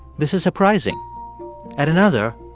this is surprising at another,